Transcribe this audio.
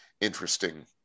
interesting